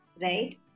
right